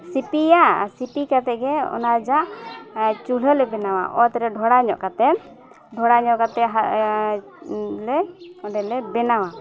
ᱥᱤᱯᱤᱭᱟ ᱟᱨ ᱥᱤᱯᱤ ᱠᱟᱛᱮᱫ ᱜᱮ ᱚᱱᱟ ᱡᱟ ᱪᱩᱞᱦᱟᱹ ᱞᱮ ᱵᱮᱱᱟᱣᱟ ᱚᱛᱨᱮ ᱰᱚᱰᱷᱟ ᱧᱚᱜ ᱠᱟᱛᱮᱫ ᱰᱷᱚᱲᱟ ᱧᱚᱜ ᱠᱟᱛᱮᱫ ᱞᱮ ᱚᱸᱰᱮᱞᱮ ᱵᱮᱱᱟᱣᱟ